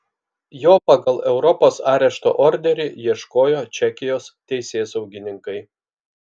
jo pagal europos arešto orderį ieškojo čekijos teisėsaugininkai